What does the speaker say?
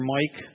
Mike